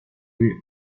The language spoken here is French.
murs